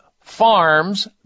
Farms